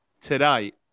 tonight